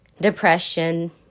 depression